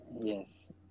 yes